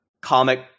comic